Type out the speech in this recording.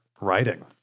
writing